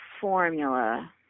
formula